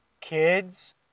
kids